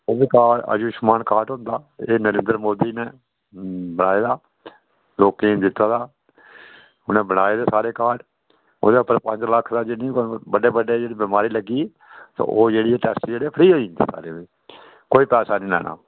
ओह् बी card Ayushman card होंदा ए नरेंद्र मोदी ने बनाए दा लोकें दित्ते दा उ'न्नै बनाए दे सारे कार्ड ओह्दे उप्पर पंज लक्ख दा जिन्ने बी बड्डे बड्डे जेह्ड़ी बमारी लग्गी दी ते ओह् जेह्ड़ी टेस्ट जेह्ड़े फ्री होई जंदे सारे कोई पैसा नि लैना